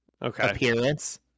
appearance